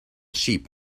sheep